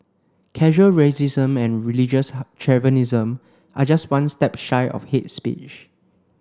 casual racism and religious chauvinism are just one step shy of hate speech